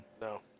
No